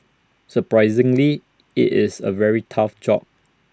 surprisingly IT is A very tough job